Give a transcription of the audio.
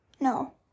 no